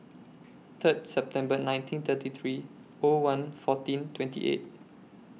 Third September nineteen thirty three O one fourteen twenty eight